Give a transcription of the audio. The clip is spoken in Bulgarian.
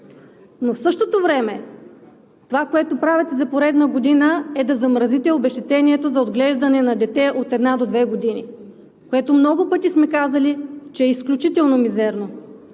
но в същото време това, което правите за поредна година, е да замразите обезщетението за отглеждане на дете от една до две години, което много пъти сме казали, че е изключително мизерно.